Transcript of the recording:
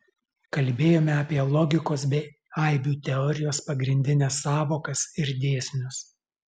kalbėjome apie logikos bei aibių teorijos pagrindines sąvokas ir dėsnius